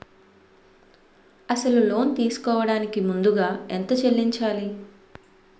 అసలు లోన్ తీసుకోడానికి ముందుగా ఎంత చెల్లించాలి?